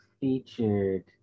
Featured